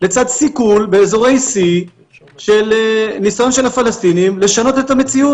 לצד סיכול באזורי C של ניסיון של הפלסטינים לשנות את המציאות.